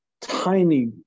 tiny